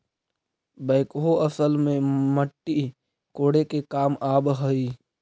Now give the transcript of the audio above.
backhoe असल में मट्टी कोड़े के काम आवऽ हई